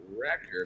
record